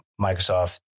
Microsoft